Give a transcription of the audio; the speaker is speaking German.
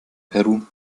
peru